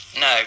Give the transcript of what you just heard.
No